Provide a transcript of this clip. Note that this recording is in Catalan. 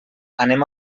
anem